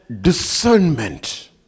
discernment